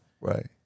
Right